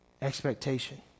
expectation